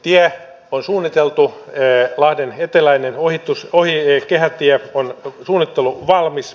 tie on suunniteltu lahden eteläinen kehätie on suunnitteluvalmis